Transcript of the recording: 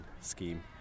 scheme